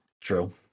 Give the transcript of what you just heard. True